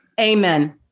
Amen